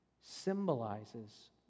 symbolizes